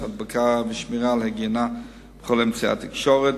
הדבקה ושמירה על היגיינה בכל אמצעי התקשורת,